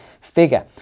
figure